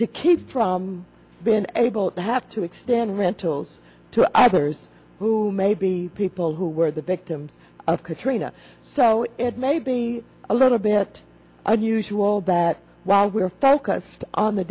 to keep from being able to have to extend rentals to others who may be people who were the victims of katrina so it may be a little bit unusual that while we are focused on the